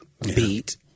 beat